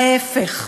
ההפך: